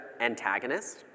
antagonist